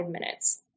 minutes